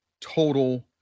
total